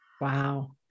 Wow